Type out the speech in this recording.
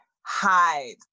hide